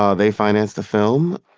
um they financed the film.